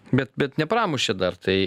bet bet nepramušė dar tai